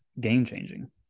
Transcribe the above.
game-changing